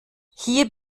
hier